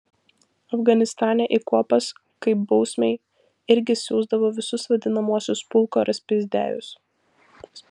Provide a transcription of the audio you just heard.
afganistane į kuopas kaip bausmei irgi siųsdavo visus vadinamuosius pulko raspizdiajus